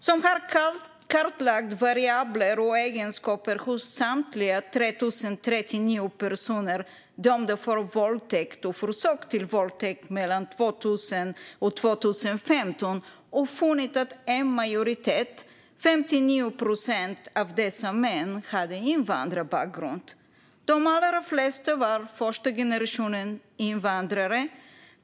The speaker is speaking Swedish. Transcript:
De har kartlagt variabler och egenskaper hos samtliga 3 039 personer dömda för våldtäkt och försök till våldtäkt mellan 2000 och 2015 och funnit att en majoritet, 59 procent, av dessa män hade invandrarbakgrund. De allra flesta var första generationens invandrare.